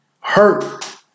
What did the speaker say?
Hurt